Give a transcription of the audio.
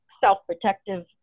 self-protective